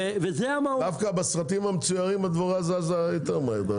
דווקא בסרטים המצוירים הדבורה זזה יותר מהר.